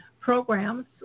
programs